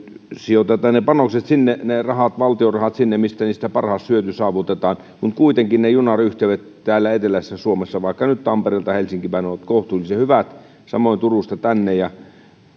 sijoitetaan ne panokset valtion rahat sinne mistä niistä paras hyöty saavutetaan kun kuitenkin ne junayhteydet täällä eteläisessä suomessa vaikka nyt tampereelta helsinkiin päin ovat kohtuullisen hyvät samoin turusta tänne